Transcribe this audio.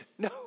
No